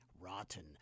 Rotten